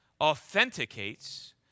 authenticates